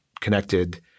connected